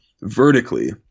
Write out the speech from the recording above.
vertically